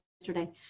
yesterday